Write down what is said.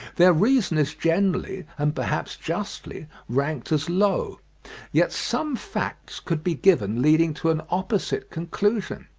their reason is generally, and perhaps justly, ranked as low yet some facts could be given leading to an opposite conclusion.